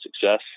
success